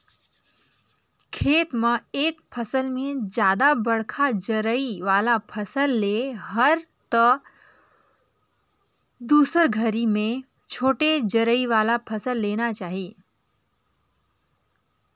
खेत म एक फसल में जादा बड़खा जरई वाला फसल ले हस त दुसर घरी में छोटे जरई वाला फसल लेना चाही